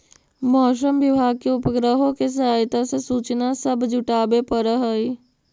मौसम विभाग के उपग्रहों के सहायता से सूचना सब जुटाबे पड़ हई